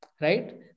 Right